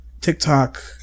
TikTok